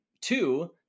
two